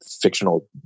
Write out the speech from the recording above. fictional